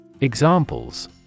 Examples